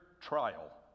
trial